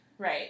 Right